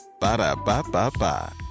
Ba-da-ba-ba-ba